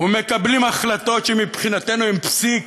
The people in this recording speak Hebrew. ומקבלים החלטות שמבחינתנו הן פסיק.